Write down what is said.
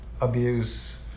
abuse